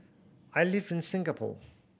I live in Singapore